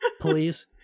please